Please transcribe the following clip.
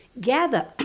gather